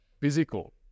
physical